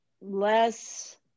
less